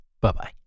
Bye-bye